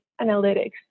analytics